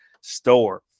store